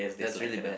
that's really bad